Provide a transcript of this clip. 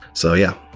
so, yeah,